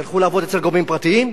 ילכו לעבוד אצל גורמים פרטיים,